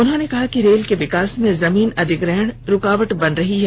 उन्होंने कहा कि रेल के विकास में जमीन अधिग्रहण रूकावट बन रही है